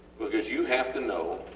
because you have to know